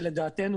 שלדעתנו,